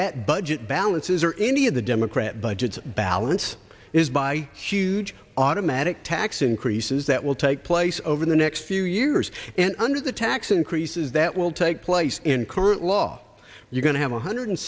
that budget balances are any of the democrat budgets balance is by huge automatic tax increases that will take place over the next few years and under the tax increases that will take place in current law you're going to have one hundred